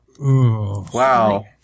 wow